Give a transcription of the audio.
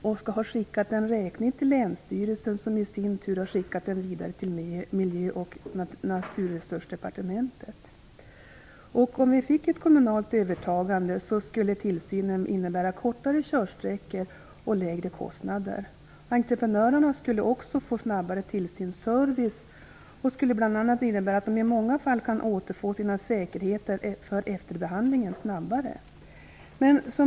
De har skickat en räkning till länsstyrelsen, som i sin tur har skickat den vidare till Miljö och naturresursdepartementet. Om vi fick ett kommunalt övertagande av tillsynen skulle det innebära kortare körsträckor och lägre kostnader. Entreprenörerna skulle också få en snabbare tillsynsservice. Det skulle bl.a. innebära att de i många fall kan återfå sina säkerheter för efterbehandlingen snabbare.